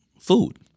food